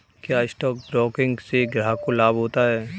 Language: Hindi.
क्या स्टॉक ब्रोकिंग से ग्राहक को लाभ होता है?